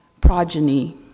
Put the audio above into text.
progeny